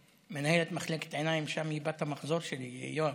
מנהלת מחלקת עיניים שם היא בת המחזור שלי, יואב,